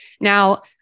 Now